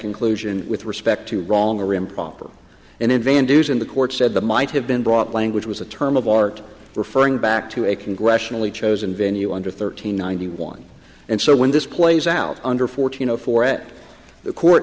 conclusion with respect to wrong or improper and in van dusen the court said that might have been brought language was a term of art referring back to a congressionally chosen venue under thirteen ninety one and so when this plays out under fourteen zero for at the court